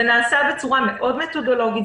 זה נעשה בצורה מאוד מתודולוגית,